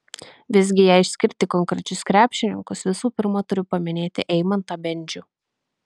visgi jei išskirti konkrečius krepšininkus visų pirma turiu paminėti eimantą bendžių